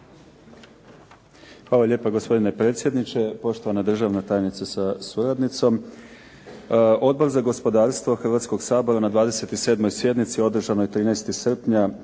Hvala lijepa gospodine predsjedniče, poštovana državna tajnice sa suradnicom. Odbor za gospodarstvo Hrvatskog sabora na 27. sjednici održanoj 13. srpnja